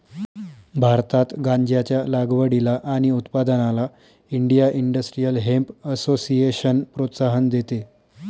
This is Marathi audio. भारतात गांज्याच्या लागवडीला आणि उत्पादनाला इंडिया इंडस्ट्रियल हेम्प असोसिएशन प्रोत्साहन देते